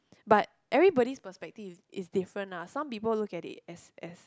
but everybody's perspective is different lah some people look at it as as